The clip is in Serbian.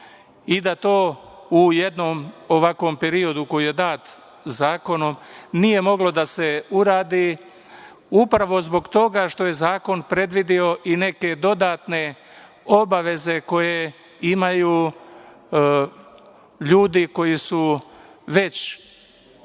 i da to u jednom periodu koji je dat zakonom nije moglo da se uradi upravo zbog toga što je zakon predvideo i neke dodatne obaveze koje imaju ljudi koji su već